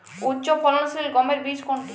উচ্চফলনশীল গমের বীজ কোনটি?